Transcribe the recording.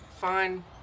Fine